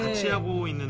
shall we